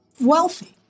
wealthy